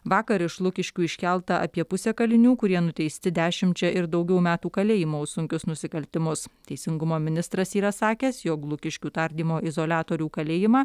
vakar iš lukiškių iškelta apie pusę kalinių kurie nuteisti dešimčia ir daugiau metų kalėjimo už sunkius nusikaltimus teisingumo ministras yra sakęs jog lukiškių tardymo izoliatorių kalėjimą